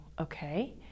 okay